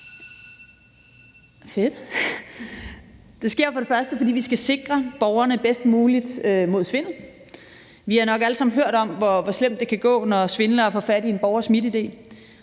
MitID. Det sker først og fremmest, fordi vi skal sikre borgerne bedst muligt mod svindel. Vi har nok alle sammen hørt om, hvor slemt det kan gå, når svindlere får fat i en borgers MitID.